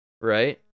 right